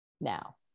now